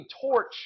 torch